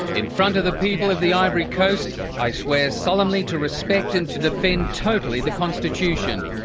in front of the people of the ivory coast, i swear solemnly to respect and to defend totally the constitution.